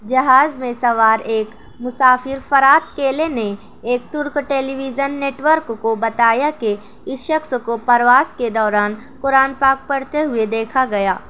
جہاز میں سوار ایک مسافر فرات کیلے نے ایک ترک ٹیلیویژن نیٹورک کو بتایا کہ اس شخص کو پرواز کے دوران قرآن پاک پڑھتے ہوئے دیکھا گیا